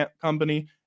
Company